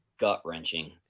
gut-wrenching